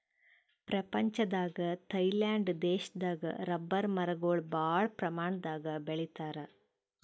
ಪ್ರಪಂಚದಾಗೆ ಥೈಲ್ಯಾಂಡ್ ದೇಶದಾಗ್ ರಬ್ಬರ್ ಮರಗೊಳ್ ಭಾಳ್ ಪ್ರಮಾಣದಾಗ್ ಬೆಳಿತಾರ್